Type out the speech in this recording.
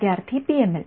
विद्यार्थीः पीएमएल